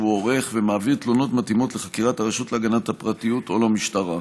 עורך ומעביר תלונות מתאימות לחקירת הרשות להגנת הפרטיות או למשטרה.